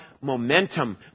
momentum